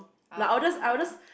uh ya